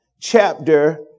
chapter